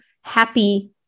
happy